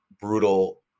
brutal